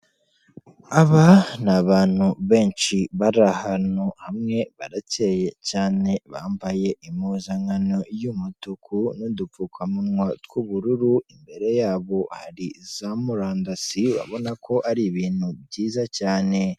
Aba ni abantu benshi bari ahantu hamwe barakeye cyane bambaye impuzankano y'umutuku n'udupfukamunwa tw'ubururu, imbere yabo hari za murandasi urabona ko ari ibintu byiza cyane.